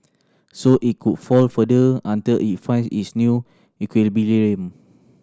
so it could fall further until it finds its new equilibrium